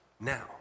now